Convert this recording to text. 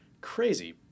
crazy